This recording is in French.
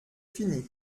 fini